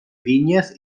vinyes